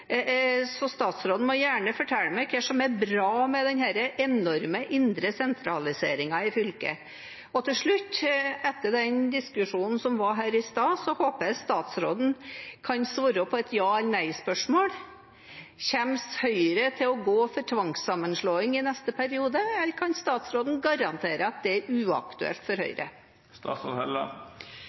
så statsråden må gjerne fortelle meg hva som er bra med denne enorme indre sentraliseringen i fylket. Til slutt: Etter den diskusjonen som var her i sted, håper jeg at statsråden kan svare på et ja/nei-spørsmål. Kommer Høyre til å gå for tvangssammenslåing i neste periode, eller kan statsråden garantere at det er uaktuelt for Høyre?